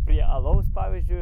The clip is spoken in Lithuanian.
prie alaus pavyzdžiui